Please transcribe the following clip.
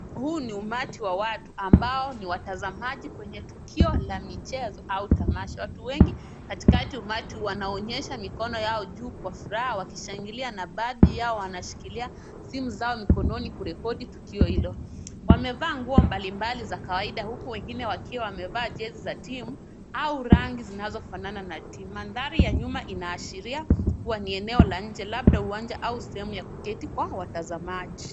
Huu ni umati wa watu ambao ni watazamaji kwenye tukio la michezo au tamasha. Watu wengi katikati umati wanaonyesha mikono yao juu kwa furaha wakishangilia, na baadhi yao wanashikilia simu zao mikononi kurecord tukio hilo. Wamevaa nguo mbalimbali za kawaida, huku wengine wakiwa wamevaa jezi za timu au rangi zinazofanana na timu. Mandhari ya nyuma inaashiria kuwa ni eneo la nje labda uwanja au sehemu ya kuketi kwa watazamaji.